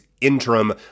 Interim